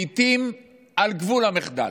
לעיתים על גבול המחדל?